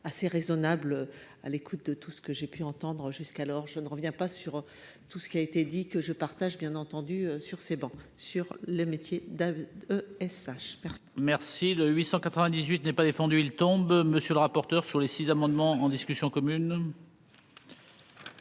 assez raisonnable à l'écoute de tout ce que j'ai pu entendre jusqu'alors, je ne reviens pas sur tout ce qui a été dit que je partage bien entendu sur ces bancs sur le métier, SH. Merci de 898 n'est pas défendu, il tombe, monsieur le rapporteur sur les 6 amendements en discussion commune.